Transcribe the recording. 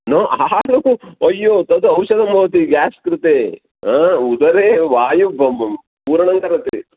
नो आलुकं तद् औषधं भवति गेस् कृते हा उदरे वायुपूरणं करोति